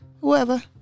Whoever